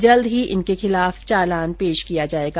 जल्द ही इनके खिलाफ चालान पेश किया जायेगा